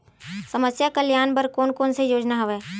समस्या कल्याण बर कोन कोन से योजना हवय?